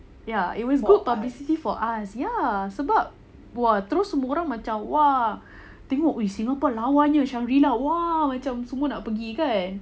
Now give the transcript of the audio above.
ya it was good publicity for us ya sebab !wah! terus semua orang macam !wah! tengok !oi! singapore lawanya shangri-la !wah! macam semua nak pergi kan